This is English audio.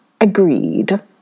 agreed